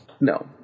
No